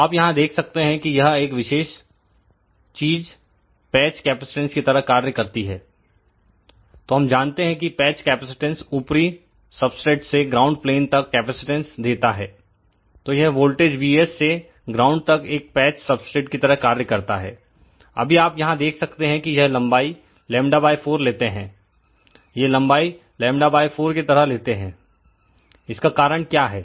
तो आप यहां देख सकते हैं कि यह एकविशेष चीज पैच कैपेसिटेंस की तरह कार्य करती है तो हम जानते हैं कि पैच कैपेसिटेंस ऊपरी सबस्ट्रेट से ग्राउंड प्लेन तक कैपेसिटेंस देता है तो यह वोल्टेज Vs से ग्राउंड तक एक पैच सबस्ट्रेट की तरह कार्य करता है अभी आप यहां देख सकते हैं कि यह लंबाई λ4 लेते हैं ये लंबाई λ4 की तरह लेते हैं इसका कारण क्या है